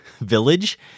village